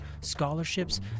scholarships